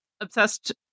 obsessed